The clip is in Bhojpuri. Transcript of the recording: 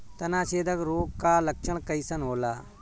तना छेदक रोग का लक्षण कइसन होला?